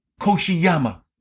Koshiyama